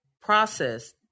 process